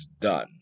done